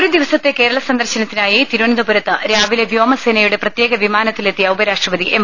ഒരു ദിവസത്തെ കേരള സന്ദർശനത്തിനായി തിരുവനന്തപു രത്ത് രാവിലെ വ്യോമസേനയുടെ പ്രത്യേക വിമാനത്തിലെത്തിയ ഉപരാഷ്ട്രപതി എം